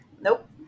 Nope